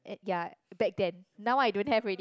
ya back then now I don't have already